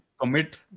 commit